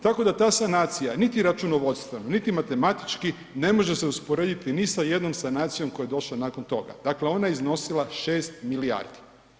Tako da sanacija niti računovodstveno, niti matematički ne može se usporediti ni sa jednom sanacijom koja je došla nakon toga, dakle ona je iznosila 6 milijardi.